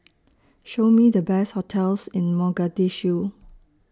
Show Me The Best hotels in Mogadishu